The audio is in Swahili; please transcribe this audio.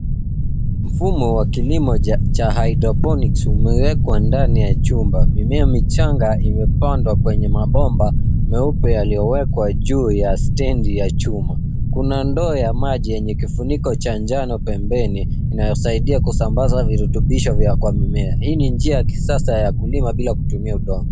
Mfumo wa kilimo cha hydroponic umewekwa ndani ya chumba. Mimea michanga imepandwa kwenye mabomba meupe yaliyo wekwa juu ya stendi ya chuma . Kuna ndoo ya maji yenye kifuniko cha njano pembeni inayosaidia kusambaza virutubisho vya kwa mimea. Hii ni njia ya kisasa ya kulima bila kutumia udongo.